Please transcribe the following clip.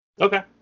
Okay